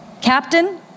Captain